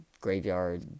Graveyard